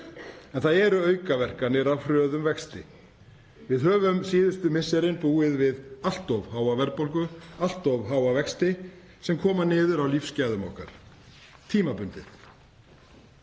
En það eru aukaverkanir af hröðum vexti. Við höfum síðustu misserin búið við allt of háa verðbólgu, allt of háa vexti, sem koma niður á lífsgæðum okkar — tímabundið.